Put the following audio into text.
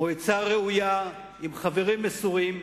מועצה ראויה, עם חברים מסורים,